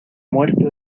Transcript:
muerte